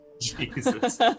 Jesus